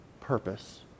purpose